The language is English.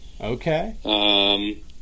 okay